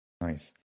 Nice